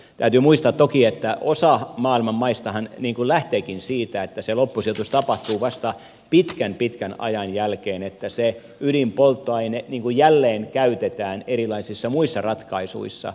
täytyy muistaa toki että osa maailman maistahan lähteekin siitä että se loppusijoitus tapahtuu vasta pitkän pitkän ajan jälkeen että se ydinpolttoaine jälleenkäytetään erilaisissa muissa ratkaisuissa